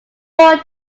four